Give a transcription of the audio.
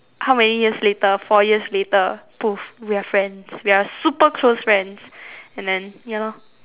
how many years later four years later we are friends we are super close friends and then ya lor